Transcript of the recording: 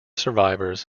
survivors